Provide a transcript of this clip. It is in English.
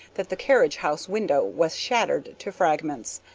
that the carriage house window was shattered to fragments.